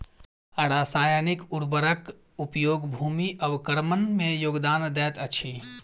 रासायनिक उर्वरक उपयोग भूमि अवक्रमण में योगदान दैत अछि